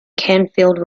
canfield